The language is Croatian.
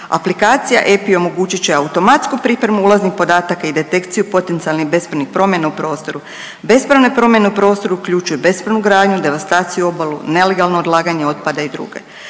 Aplikacija EPI omogućit će automatsku pripremu ulaznih podataka i detekciju potencijalnih bespravnih promjena u prostoru. Bespravne promjene u prostoru uključuju bespravnu gradnju, devastaciju obale, nelegalno odlaganje otpada i druge.